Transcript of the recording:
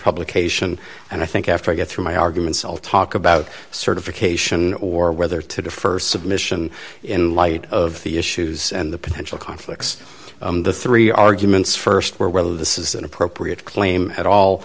publication and i think after i get through my arguments i'll talk about certification or whether to defer submission in light of the issues and the potential conflicts the three arguments st where whether this is an appropriate claim at all